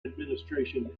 administration